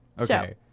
okay